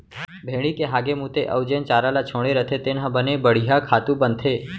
भेड़ी के हागे मूते अउ जेन चारा ल छोड़े रथें तेन ह बने बड़िहा खातू बनथे